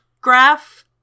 graph